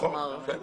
נכון.